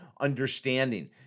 understanding